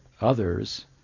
others